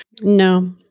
No